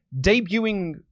debuting